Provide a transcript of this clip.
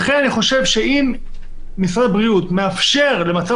לכן אני חשוב שאם משרד הבריאות מאפשר לחולים במצב